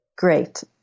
Great